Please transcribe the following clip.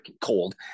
cold